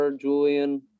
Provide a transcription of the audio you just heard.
Julian